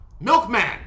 Milkman